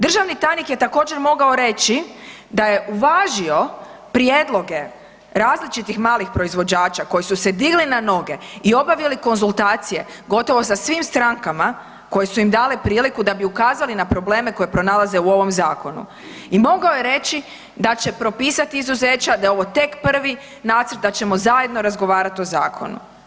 Državni tajnik je također mogao reći da je uvažio prijedloge različitih malih proizvođača koji su se digli na noge i obavili konzultacije gotovo sa svim strankama koje su im dale priliku da bi ukazali na probleme koje pronalaze u ovom zakonu i mogao je reći da će propisati izuzeća, da je ovo tek prvi nacrt, da ćemo zajedno razgovarat o zakonu.